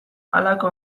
halako